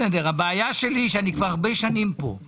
הבעיה שלי היא שאני כבר שנים רבות פה.